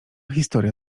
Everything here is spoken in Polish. historia